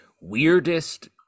weirdest